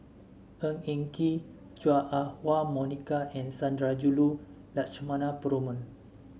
Ng Eng Kee Chua Ah Huwa Monica and Sundarajulu Lakshmana Perumal